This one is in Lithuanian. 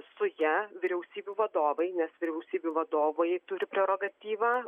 su ja vyriausybių vadovai nes vyriausybių vadovai turi prerogatyvą